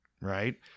right